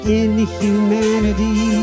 inhumanity